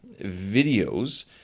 videos